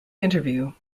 interview